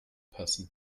passen